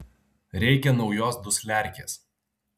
reikia naujos dusliarkės